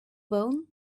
bone